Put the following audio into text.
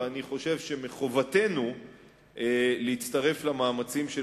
ואני חושב שמחובתנו להצטרף למאמצים של